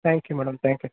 thank you madam thank you